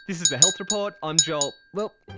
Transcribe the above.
this is the health report, i'm joel, well,